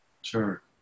Sure